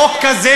חוק כזה,